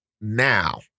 Now